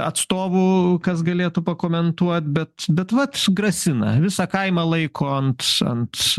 atstovų kas galėtų pakomentuot bet bet vat grasina visą kaimą laiko ant ant